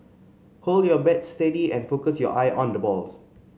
hold your bat steady and focus your eye on the balls